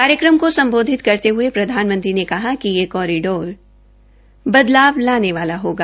कार्यक्रम को सम्बोधित करते हये प्रधानमंत्री ने कहा कि यह कॉरिडोर बदलाव लाने वाला होगा